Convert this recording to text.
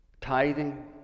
Tithing